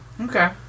Okay